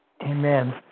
Amen